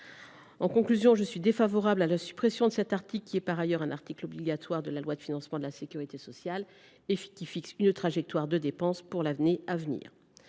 En conclusion, je suis défavorable à la suppression de cet article, qui est par ailleurs un article obligatoire de la loi de financement de la sécurité sociale et qui fixe une trajectoire de dépenses pour l’année